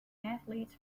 athletes